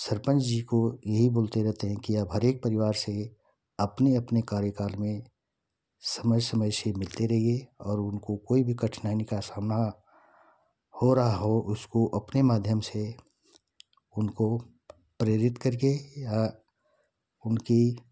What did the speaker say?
सरपंच जी को यही बोलते रहते हैं कि आप हर एक परिवार से अपने अपने कार्यकाल में समय समय से मिलते रहिए और उनको कोई भी कठिनाई का सामना हो रहा हो उसको अपने माध्यम से उनको प्रेरित करके या उनकी